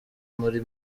muri